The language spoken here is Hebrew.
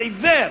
על עיוור,